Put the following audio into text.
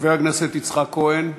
חבר הכנסת יצחק כהן,